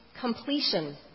completion